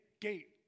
gate